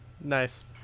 Nice